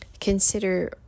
consider